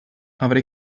avrei